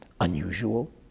Unusual